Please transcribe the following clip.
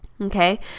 Okay